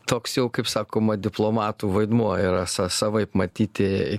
toks jau kaip sakoma diplomatų vaidmuo yra savaip matyti